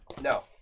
No